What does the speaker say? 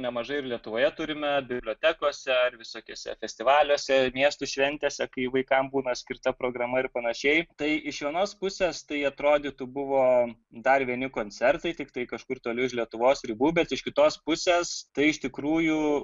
nemažai ir lietuvoje turime bibliotekose ar visokiuose festivaliuose miestų šventėse kai vaikams būna skirta programa ir panašiai tai iš vienos pusės tai atrodytų buvo dar vieni koncertai tiktai kažkur toli už lietuvos ribų bet iš kitos pusės tai iš tikrųjų